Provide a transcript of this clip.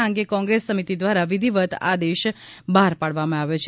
આ અંગે કોંગ્રેસ સમિતિ દ્વારા વિધિવત આદેશ બહાર પાડવામાં આવ્યો છે